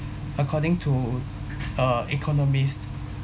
according to uh economist